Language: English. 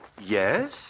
yes